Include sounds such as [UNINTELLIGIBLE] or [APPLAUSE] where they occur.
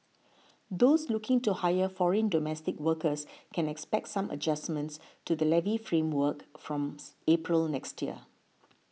those looking to hire foreign domestic workers can expect some adjustments to the levy framework from [UNINTELLIGIBLE] April next year